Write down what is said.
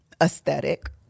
aesthetic